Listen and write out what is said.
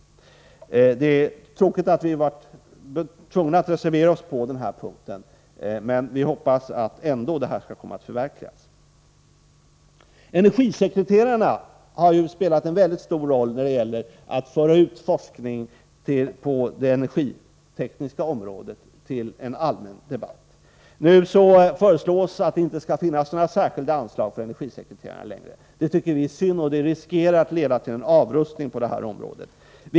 Det är tråkigt att vi har varit tvungna att reservera oss på denna punkt, men vi hoppas att detta projekt ändå skall komma att förverkligas. Energisekreterarna har spelat en mycket stor roll när det gäller att föra ut forskning på det energitekniska området till en allmän debatt. Nu föreslås att det inte längre skall utgå några särskilda anslag för energisekreterarna. Vi tycker att det är synd, därför att det riskerar att leda till en avrustning på detta område.